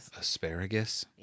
asparagus